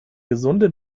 gesunde